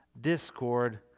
discord